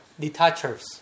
detachers